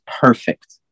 perfect